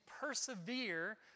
persevere